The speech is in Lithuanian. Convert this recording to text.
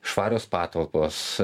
švarios patalpos